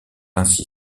ainsi